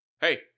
Hey